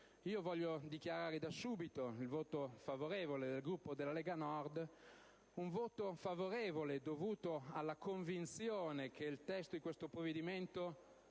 Voglio dichiarare da subito il voto favorevole del Gruppo della Lega Nord, un voto dovuto alla convinzione che il testo di questo provvedimento